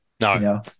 no